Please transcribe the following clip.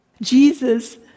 Jesus